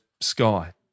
sky